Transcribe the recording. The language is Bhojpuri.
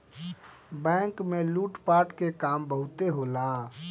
बैंक में लूट पाट के काम बहुते होला